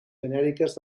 genèriques